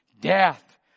death